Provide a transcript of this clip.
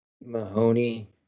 Mahoney